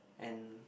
and